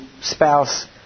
spouse